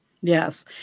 yes